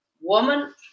Woman